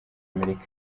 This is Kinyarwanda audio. amerika